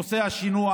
נושא השינוע,